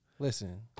Listen